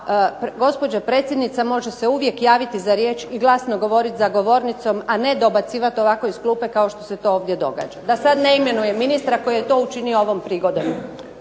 a gospođa predsjednica može se uvijek javiti za riječ i glasno govoriti za govornicom, a ne dobacivati ovako iz klupe kao što se to ovdje događa, da sad ne imenujem ministra koji je to učinio ovom prigodom.